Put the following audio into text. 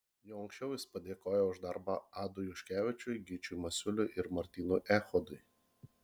jau anksčiau jis padėkojo už darbą adui juškevičiui gyčiui masiuliui ir martynui echodui